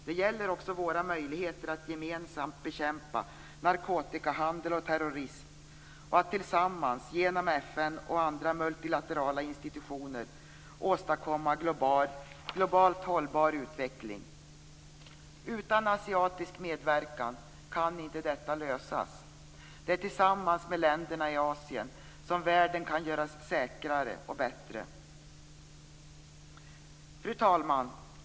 Det gäller också våra möjligheter att gemensamt bekämpa narkotikahandel och terrorism och att tillsammans, genom FN och andra multilaterala institutioner, åstadkomma en globalt hållbar utveckling. Utan asiatisk medverkan kan inte detta lösas. Det är tillsammans med länderna i Asien som världen kan göras säkrare och bättre. Fru talman!